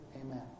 Amen